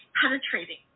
penetrating